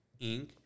Inc